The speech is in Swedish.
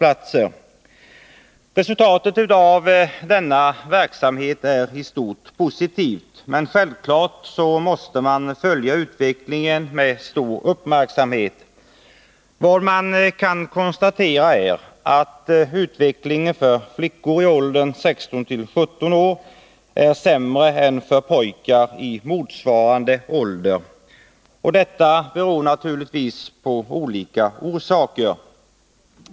109 Resultatet av denna verksamhet är i stort sett positiv, men självklart måste man följa utvecklingen med stor uppmärksamhet. Vad man kan konstatera är att utvecklingen för flickor i åldern 16-17 år är sämre än för pojkar i motsvarande ålder. Det har naturligtvis olika orsaker.